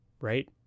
right